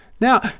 Now